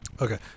Okay